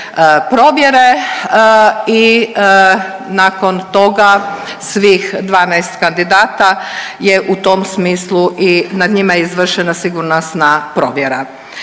i nakon toga svih 12 kandidata je u tom smislu i nad njima je izvršena sigurnosna provjera.